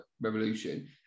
Revolution